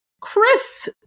chris